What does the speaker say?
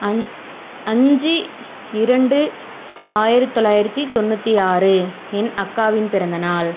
an அஞ்சு இரண்டு ஆயரத்தி தொள்ளாயிரத்தி தொண்ணூற்றி ஆறு என் அக்காவின் பிறந்தநாள்